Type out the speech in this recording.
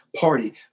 party